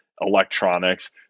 electronics